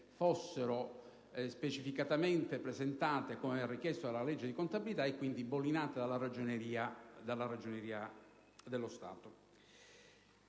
fossero specificatamente presentate, come richiesto dalla legge di contabilità, con il bollino della Ragioneria dello Stato.